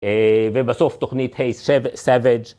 ובסוף תוכנית היי סבג'